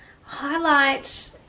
highlight